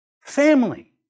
family